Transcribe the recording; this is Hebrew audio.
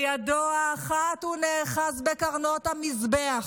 בידו האחת הוא נאחז בקרנות המזבח,